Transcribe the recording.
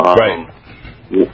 right